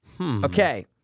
Okay